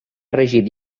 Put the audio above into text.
regit